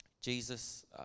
Jesus